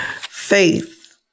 Faith